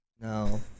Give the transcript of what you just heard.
No